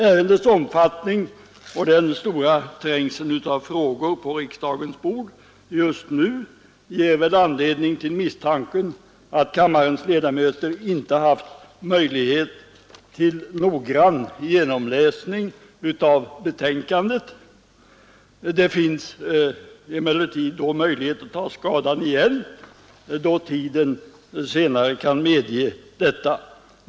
Ärendets omfattning och den stora trängseln av frågor på riksdagens bord just nu ger väl anledning till misstanken att kammarens ledamöter inte haft möjlighet till noggrann genomläsning av betänkandet. Det finns emellertid möjlighet att ta skadan igen då tiden senare kan medge detta.